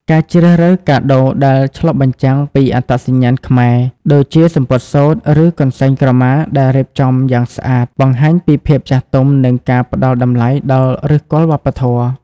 ការជ្រើសរើសកាដូដែលឆ្លុះបញ្ចាំងពីអត្តសញ្ញាណខ្មែរ ដូចជាសំពត់សូត្រ ឬកន្សែងក្រមាដែលរៀបចំយ៉ាងស្អាត បង្ហាញពីភាពចាស់ទុំ និងការផ្ដល់តម្លៃដល់ឫសគល់វប្បធម៌។